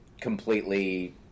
completely